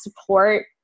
support